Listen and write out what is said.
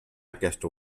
aquesta